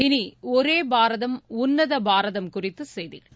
இனி ஒரே பாரதம் உன்னத பாரதம் குறித்த செய்திகள்